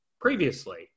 previously